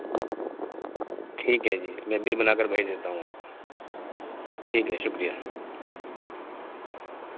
ٹھیک ہے جی میں بل بنا کر بھیج دیتا ہوں آپ کو ٹھیک ہے شکریہ